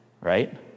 right